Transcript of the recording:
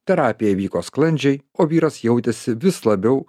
terapija vyko sklandžiai o vyras jautėsi vis labiau